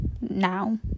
now